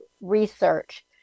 research